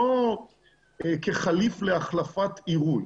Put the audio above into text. לא כחליף להחלפת עירוי.